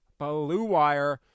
bluewire